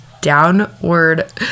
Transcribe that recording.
downward